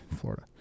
Florida